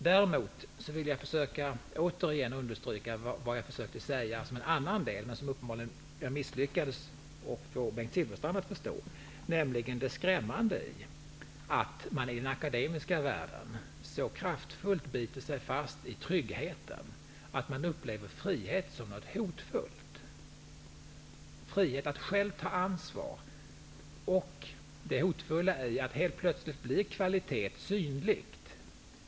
Däremot vill jag återigen understryka det jag försökte säga tidigare, men som jag uppenbarligen misslyckades med att få Bengt Silfverstrand att förstå, nämligen det skrämmande i att man i den akademiska världen så kraftfullt biter sig fast i tryggheten att man upplever frihet som något hotfullt, frihet att själv ta ansvar. Det hotfulla är att kvalitet helt plötsligt blir synlig.